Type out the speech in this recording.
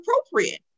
appropriate